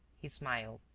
he smiled.